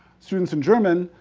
students in german,